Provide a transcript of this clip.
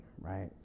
right